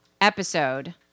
episode